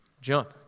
Jump